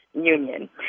union